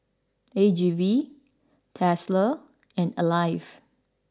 A G V Tesla and Alive